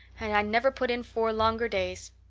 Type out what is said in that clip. and i never put in four longer days.